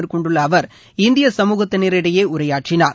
மேற்கொண்டுள்ள ஜஸ்லாண்டில் இந்திய சமூகத்தினரிடையே உரையாற்றினார்